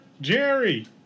Jerry